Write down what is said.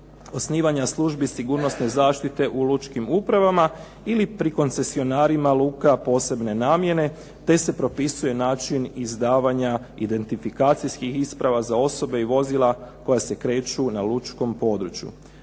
osnivanja službi sigurnosne zaštite u lučkim upravama ili pri koncesionarima luka posebne namjene, te se propisuje način izdavanja identifikacijskih isprava za osobe i vozila koja se kreću na lučkom području.